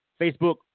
Facebook